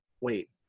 wait